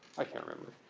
i can't remember.